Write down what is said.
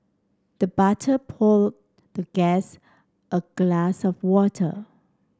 the butler poured the guest a glass of water